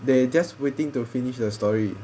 they just waiting to finish the story